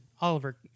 Oliver